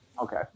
Okay